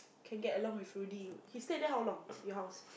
can get along with Rudy he stay there how long your house